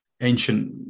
ancient